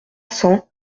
cents